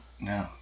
No